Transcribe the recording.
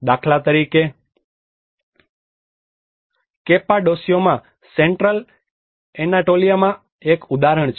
દાખલા તરીકે કેપ્પાડોસિયામાં સેન્ટ્રલ એનાટોલીયામાં એક ઉદાહરણ છે